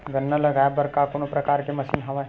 गन्ना लगाये बर का कोनो प्रकार के मशीन हवय?